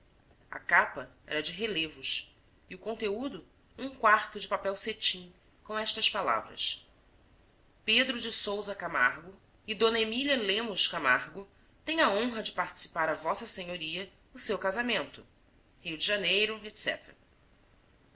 a capa era de relevos e o conteúdo um quarto de papel cetim com estas palavras pedro de sousa camargo e d emília lemos camargo têm a honra de participar a v s a o seu casamento rio de janeiro